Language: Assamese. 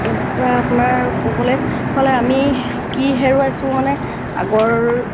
তাৰ পৰা আপোনাৰ ক'বলৈ হ'লে আমি কি হেৰুৱাইছোঁ মানে আগৰ